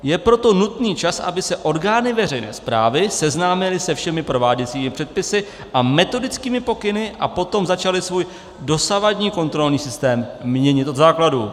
Je proto nutný čas, aby se orgány veřejné správy seznámily se všemi prováděcími předpisy a metodickými pokyny a potom začaly svůj dosavadní kontrolní systém měnit od základu.